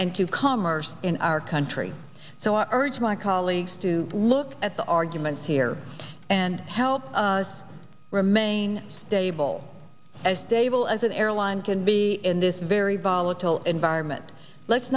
and to commerce in our country so i urge my colleagues to look at the arguments here and help us remain stable as stable as an airline can be in this very volatile environment let's